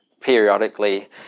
periodically